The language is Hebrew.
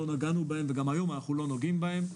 נגענו בהם וגם היום אנחנו לא נוגעים בהם.